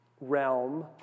realm